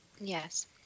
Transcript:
Yes